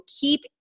keep